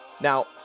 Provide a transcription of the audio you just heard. Now